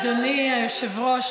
אדוני היושב-ראש,